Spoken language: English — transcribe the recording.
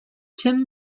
tim